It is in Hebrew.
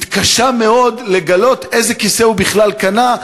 התקשה מאוד לגלות איזה כיסא הוא בכלל קנה,